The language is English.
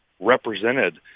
represented